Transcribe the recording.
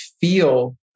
feel